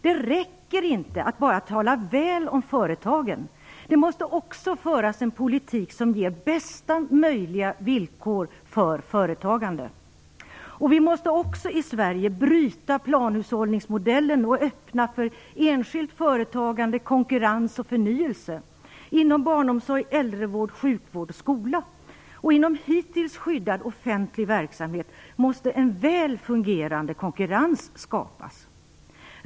Det räcker inte att bara tala väl om företagen. Det måste också föras en politik som ger bästa möjliga villkor för företagande. Vi måste också i Sverige bryta planhushållningsmodellen och öppna för enskilt företagande, konkurrens och förnyelse inom barnomsorg, äldrevård, sjukvård och skola. Inom hittills skyddad offentlig verksamhet måste en väl fungerande konkurrens skapas.